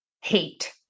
hate